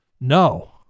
No